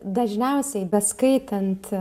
dažniausiai beskaitant